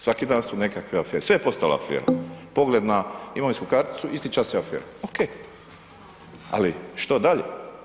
Svaki dan u nekakve afere, sve je postala afera, pogled na imovinsku karticu, isti čas je afera, ok, ali što dalje?